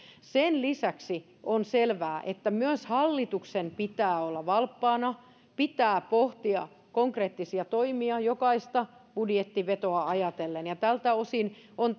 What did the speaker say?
sen lisäksi on selvää että myös hallituksen pitää olla valppaana pitää pohtia konkreettisia toimia jokaista budjettivetoa ajatellen ja tältä osin on